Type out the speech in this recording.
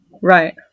Right